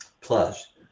plus